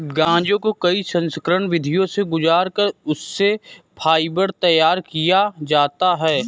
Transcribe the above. गांजे को कई संस्करण विधियों से गुजार कर उससे फाइबर तैयार किया जाता है